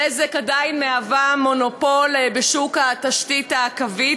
"בזק" היא עדיין מונופול בשוק התשתית הקווית,